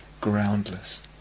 groundless